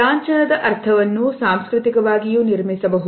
ಲಾಂಛನದ ಅರ್ಥವನ್ನು ಸಾಂಸ್ಕೃತಿಕವಾಗಿಯೂ ನಿರ್ಮಿಸಬಹುದು